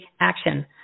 action